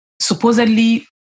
supposedly